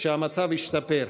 שהמצב ישתפר.